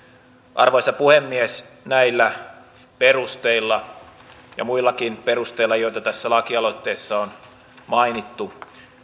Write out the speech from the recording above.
arvoisa puhemies näillä perusteilla ja muillakin perusteilla joita tässä lakialoitteessa on mainittu